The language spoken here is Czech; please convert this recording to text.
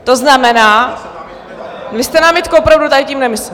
To znamená, vy jste námitku opravdu tady tím nemyslel?